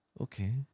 okay